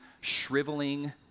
shriveling